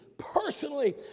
Personally